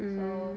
so